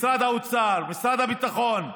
משרד האוצר, משרד הביטחון.